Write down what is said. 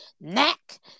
neck